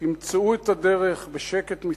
מצאו את הדרך, בשקט מצדי,